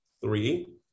three